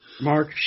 Mark